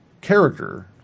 character